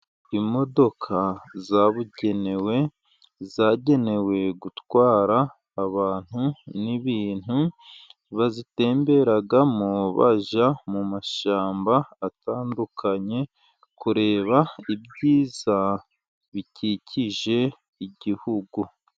Imodoka zabugenewe, zagenewe gutwara abantu n'ibintu, bazitemberamo bajya mu mashyamba atandukanye, kureba ibyiza bikikije igihugu.